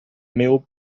meal